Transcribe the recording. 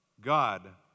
God